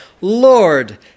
lord